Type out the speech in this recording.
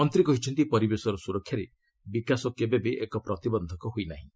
ମନ୍ତ୍ରୀ କହିଛନ୍ତି ପରିବେଶର ସୁରକ୍ଷାରେ ବିକାଶ କେବେବି ଏକ ପ୍ରତିବନ୍ଧକ ହୋଇ ନାହିଁ